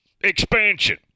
Expansion